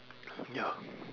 ya